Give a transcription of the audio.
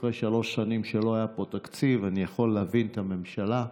אחרי שלוש שנים שלא היה פה תקציב אני יכול להבין את הממשלה.